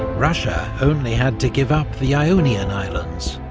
russia only had to give up the ionian islands,